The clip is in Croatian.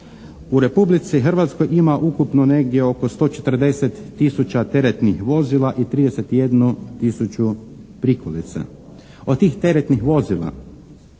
U Republici Hrvatskoj ima ukupno negdje oko 140 tisuća teretnih vozila i 31 tisuću prikolica. Od tih teretnih vozila